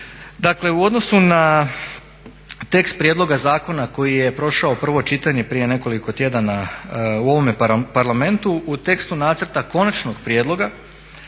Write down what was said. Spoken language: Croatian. Dakle, u odnosu na tekst prijedloga zakona koji je prošao prvo čitanje prije nekoliko tjedana u ovome Parlamentu u tekstu nacrta konačnog prijedloga